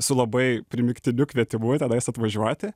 su labai primygtiniu kvietimu tenais apvažiuoti